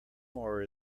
mower